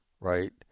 Right